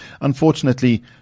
Unfortunately